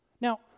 Now